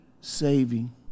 saving